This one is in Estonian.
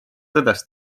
tõdes